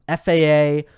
FAA